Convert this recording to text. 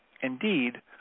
Indeed